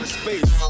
space